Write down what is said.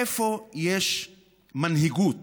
איפה יש מנהיגות